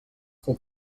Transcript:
for